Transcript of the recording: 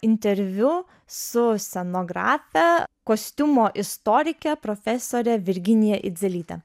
interviu su scenografe kostiumo istorike profesore virginija idzelyte